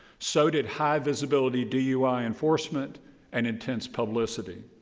so did high visibility dui enforcement and against publicity.